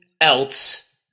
else